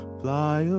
fly